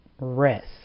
rest